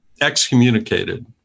excommunicated